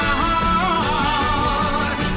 heart